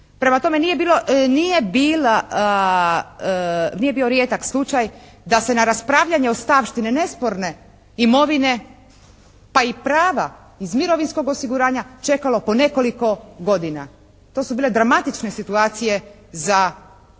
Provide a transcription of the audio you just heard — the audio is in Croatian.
nije bilo, nije bio rijedak slučaj da se na raspravljanje ostavštine nesporne imovine pa i prava iz mirovinskog osiguranja čekalo po nekoliko godina. To su bile dramatične situacije za osobe